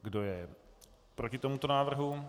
Kdo je proti tomuto návrhu?